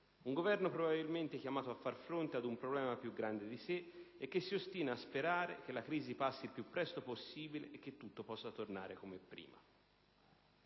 un Governo probabilmente chiamato a far fronte ad un problema più grande di sé e che si ostina a sperare che la crisi passi il più presto possibile e che tutto possa tornare come prima.